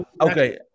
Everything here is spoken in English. Okay